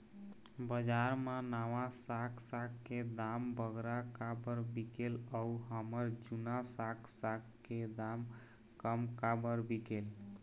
बजार मा नावा साग साग के दाम बगरा काबर बिकेल अऊ हमर जूना साग साग के दाम कम काबर बिकेल?